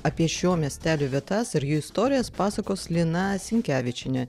apie šio miestelio vietas ir jų istorijas pasakos lina sinkevičienė